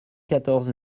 quatorze